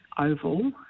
oval